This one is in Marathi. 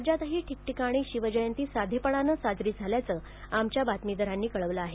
राज्यातही ठिकठिकाणी शिवजयंती साधेपणानं साजरी झाल्याचं आमच्या बातमीदारांनी कळवलं आहे